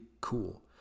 cool